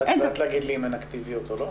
את יודעת להגיד לי אם הן אקטיביות או לא?